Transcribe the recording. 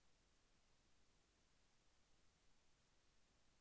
సేంద్రీయ ఎరువుల వల్ల ఉపయోగమేమిటీ?